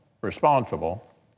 responsible